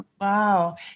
Wow